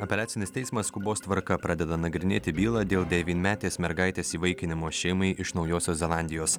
apeliacinis teismas skubos tvarka pradeda nagrinėti bylą dėl devynmetės mergaitės įvaikinimo šeimai iš naujosios zelandijos